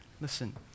Listen